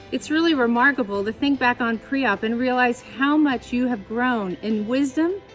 it's really remarkable to think back on pre-op and realize how much you have grown in wisdom,